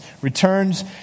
returns